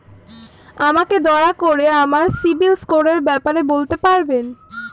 আমাকে দয়া করে আমার সিবিল স্কোরের ব্যাপারে বলতে পারবেন?